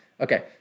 Okay